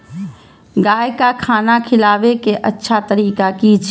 गाय का खाना खिलाबे के अच्छा तरीका की छे?